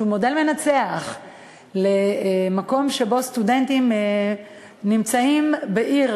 שהוא מודל מנצח למקום שבו סטודנטים נמצאים בעיר